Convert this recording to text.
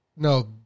No